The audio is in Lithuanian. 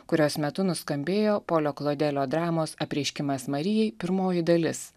kurios metu nuskambėjo polio klodelio dramos apreiškimas marijai pirmoji dalis